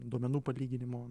duomenų palyginimo